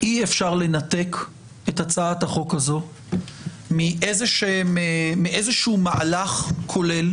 אי אפשר לנתק את הצעת החוק הזו מאיזשהו מהלך כולל,